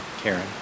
Karen